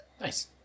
Nice